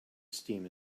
esteem